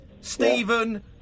Stephen